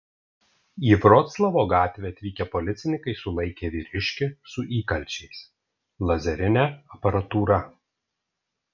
į vroclavo gatvę atvykę policininkai sulaikė vyriškį su įkalčiais lazerine aparatūra